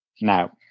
Now